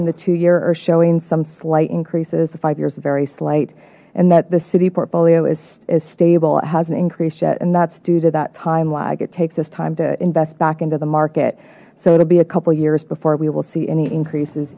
and the two year are showing some slight increases the five years very slight and that the city portfolio is stable it hasn't increased yet and that's due to that time lag it takes this time to invest back into the market so it'll be a couple years before we will see any increases